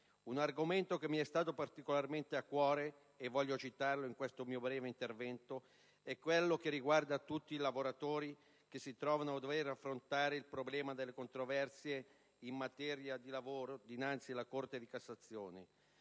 Un argomento che mi è stato particolarmente a cuore - e voglio citarlo in questo mio breve intervento - è quello che riguarda tutti i lavoratori che si trovano a dover affrontare il problema delle controversie in materia di lavoro dinanzi la Corte di cassazione.